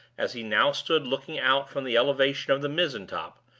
as he now stood looking out from the elevation of the mizzen-top,